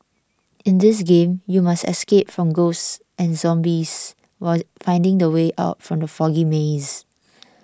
in this game you must escape from ghosts and zombies while finding the way out from the foggy maze